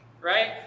right